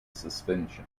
suspension